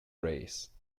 race